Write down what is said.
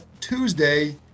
Tuesday